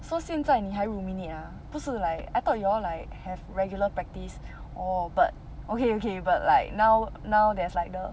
so 现在你还 ruminate ah 不是 like I thought you all like have regular practice orh but okay okay but like now now there's like the